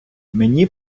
мені